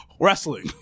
Wrestling